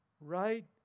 right